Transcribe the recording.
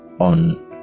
on